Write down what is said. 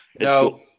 No